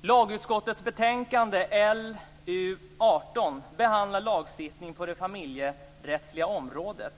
Lagutskottets betänkande LU18 behandlar lagstiftning på det familjerättsliga området.